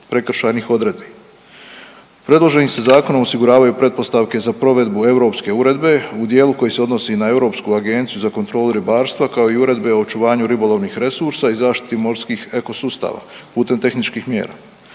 prekršajnih odredbi. Predloženim se zakonom osiguravaju pretpostavke za provedbu europske uredbe u dijelu koji se odnosi na Europsku agenciju za kontrolu ribarstva, kao i Uredbe o očuvanju ribolovnih resursa i zaštiti morskih ekosustava putem tehničkih mjera.